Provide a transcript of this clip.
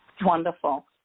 Wonderful